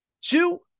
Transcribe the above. Two